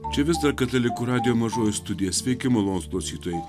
čia vis dar katalikų radijo mažoji studija sveiki malonūs klausytojai